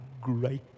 great